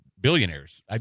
billionaires